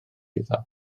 iddo